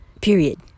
period